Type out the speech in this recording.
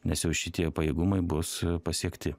nes jau šitie pajėgumai bus pasiekti